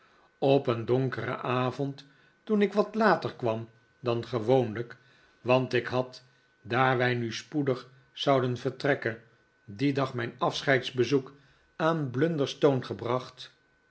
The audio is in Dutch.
op een donkeren avond toen ik wat later kwam dan gewoonlijk want ik had daar wij nu spoedig zouden vertrekken dien dag mijn afscheidsbezoek aan blunderstone gebracht